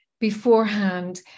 Beforehand